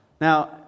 Now